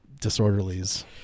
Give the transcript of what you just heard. Disorderlies